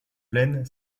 plaine